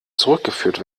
zurückgeführt